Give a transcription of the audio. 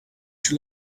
you